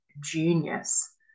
Genius